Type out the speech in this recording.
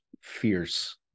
fierce